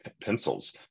pencils